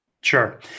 Sure